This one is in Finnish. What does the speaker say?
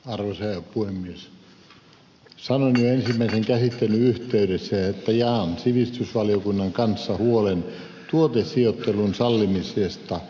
sanoin jo ensimmäisen käsittelyn yhteydessä että jaan sivistysvaliokunnan kanssa huolen tuotesijoittelun sallimisesta lastenohjelmissa